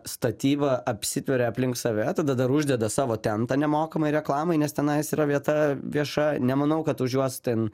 statyba apsitveria aplink save tada dar uždeda savo tentą nemokamai reklamai nes tenais yra vieta vieša nemanau kad už juos ten